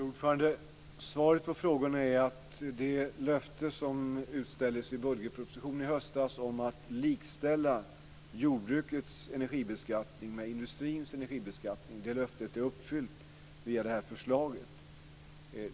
Fru talman! Svaret på frågorna är att det löfte som utställdes i budgetpropositionen i höstas om att likställa jordbrukets energibeskattning med industrins energibeskattning är uppfyllt via det här förslaget.